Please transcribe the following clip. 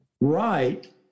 right